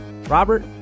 Robert